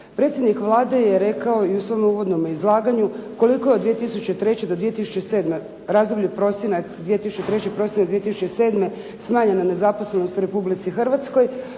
Predsjednik Vlade je rekao i u svome uvodnom izlaganju koliko je od 2003. do 2007. razdoblju, prosinac 2003., prosinac 2007. smanjena nezaposlenost u Republici Hrvatskoj,